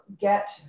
get